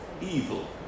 evil